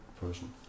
person